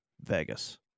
Vegas